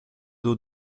eaux